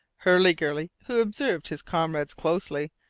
hurliguerly, who observed his comrades closely,